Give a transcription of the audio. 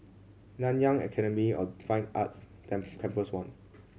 Nanyang Academy of Fine Arts Tan Campus One